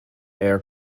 air